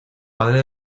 padre